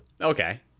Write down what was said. Okay